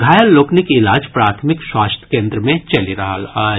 घायल लोकनिक इलाज प्राथमिक स्वास्थ्य केन्द्र मे चलि रहल अछि